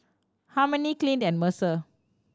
Harmony Clint and Mercer